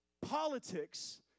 politics